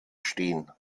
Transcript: stehen